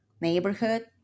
neighborhood